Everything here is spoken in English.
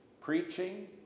preaching